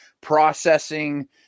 processing